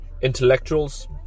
intellectuals